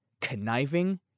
Conniving